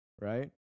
right